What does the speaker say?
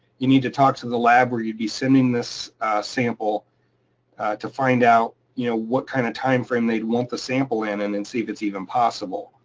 you need to talk to the lab where you'd be sending this sample to find out you know what kind of time frame they'd want sample in and and see if it's even possible.